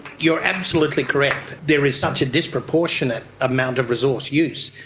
you're absolutely correct, there is such a disproportionate amount of resource use,